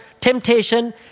temptation